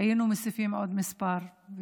היינו מוסיפים עוד מספר.